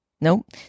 Nope